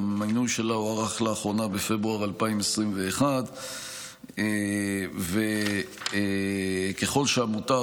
והמינוי שלה הוארך לאחרונה בפברואר 2021. ככל שעמותה